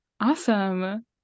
awesome